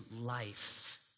life